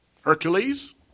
Hercules